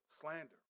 slander